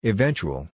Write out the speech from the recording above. Eventual